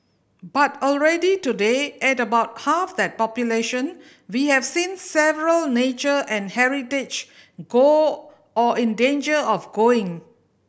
but already today at about half that population we have seen several nature and heritage go or in danger of going